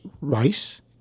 rice